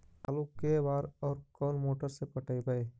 आलू के बार और कोन मोटर से पटइबै?